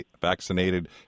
vaccinated